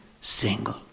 single